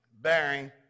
bearing